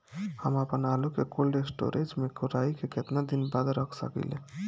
हम आपनआलू के कोल्ड स्टोरेज में कोराई के केतना दिन बाद रख साकिले?